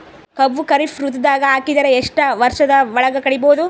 ಕಬ್ಬು ಖರೀಫ್ ಋತುದಾಗ ಹಾಕಿದರ ಎಷ್ಟ ವರ್ಷದ ಒಳಗ ಕಡಿಬಹುದು?